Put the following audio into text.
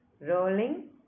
Rolling